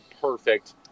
perfect